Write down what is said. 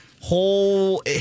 whole